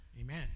amen